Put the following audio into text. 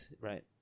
right